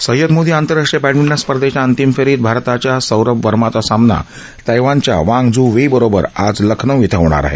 Said Modi आंतरराष्ट्रीय badminton स्पर्धेच्या अंतिम फेरीत भारताच्या सौरभ वर्माचा सामना तैवानच्या वांग झू वेई बरोबर आज लखनौ इथ होणार आहे